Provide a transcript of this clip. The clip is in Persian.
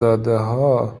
دادهها